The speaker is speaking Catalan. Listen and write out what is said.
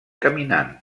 caminant